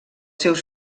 seus